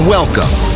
Welcome